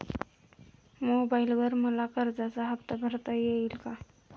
मोबाइलवर मला कर्जाचा हफ्ता भरता येईल का?